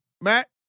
Matt